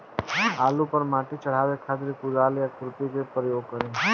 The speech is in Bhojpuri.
आलू पर माटी चढ़ावे खातिर कुदाल या खुरपी के प्रयोग करी?